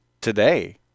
today